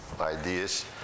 ideas